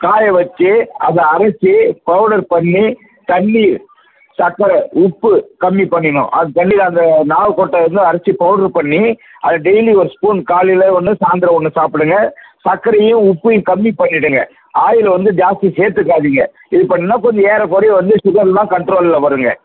காய வெச்சி அதை அரைத்து பவுடர் பண்ணி தண்ணி சக்கரை உப்பு கம்மி பண்ணிடணும் அந்த தண்ணியில் அந்த நாவக்கொட்டை இருந்தால் அரைச்சி பவுட்ரு பண்ணி அதை டெய்லி ஒரு ஸ்பூன் காலையில் ஒன்று சாய்ந்தரம் ஒன்று சாப்பிடுங்க சக்கரையும் உப்பையும் கம்மி பண்ணிவிடுங்க ஆயிலை வந்து ஜாஸ்தி சேர்த்துக்காதிங்க இது பண்ணின்னா கொஞ்சம் ஏறக்குறைய வந்து ஷுகர்லாம் கண்ட்ரோலில் வரும்ங்க